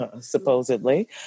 supposedly